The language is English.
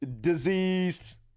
Diseased